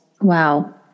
wow